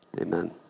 Amen